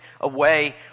away